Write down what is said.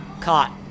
caught